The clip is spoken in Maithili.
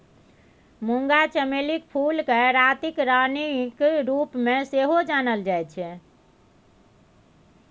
मूंगा चमेलीक फूलकेँ रातिक रानीक रूपमे सेहो जानल जाइत छै